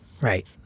Right